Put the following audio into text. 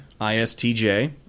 ISTJ